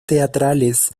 teatrales